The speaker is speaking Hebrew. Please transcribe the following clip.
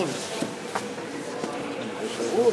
נא לשבת.